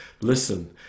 Listen